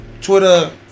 twitter